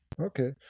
Okay